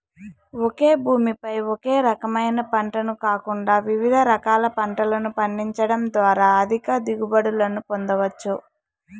ఒకే భూమి పై ఒకే రకమైన పంటను కాకుండా వివిధ రకాల పంటలను పండించడం ద్వారా అధిక దిగుబడులను పొందవచ్చు